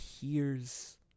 hears